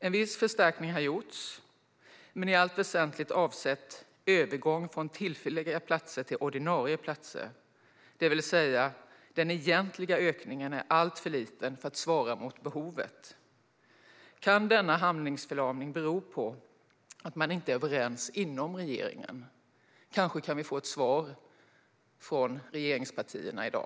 En viss förstärkning har gjorts, men i allt väsentligt har den avsett övergång från tillfälliga platser till ordinarie platser, det vill säga att den egentliga ökningen är alltför liten för att svara mot behovet. Kan denna handlingsförlamning bero på att man inte är överens inom regeringen? Kanske kan vi få ett svar från regeringspartierna i dag.